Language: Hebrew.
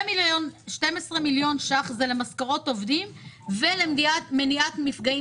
"12 מיליון ש"ח זה למשכורות עובדים ולמניעת מפגעים